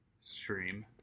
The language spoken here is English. stream